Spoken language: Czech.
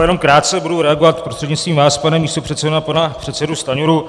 Jenom krátce budu reagovat prostřednictvím vás, pane místopředsedo, na pana předsedu Stanjuru.